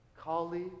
colleague